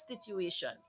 situation